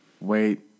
Wait